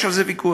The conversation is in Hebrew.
יש על זה ויכוח.